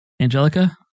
Angelica